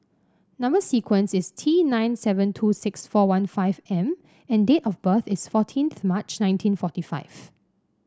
number sequence is T nine seven two six four one five M and date of birth is fourteenth March nineteen forty five